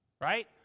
right